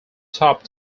top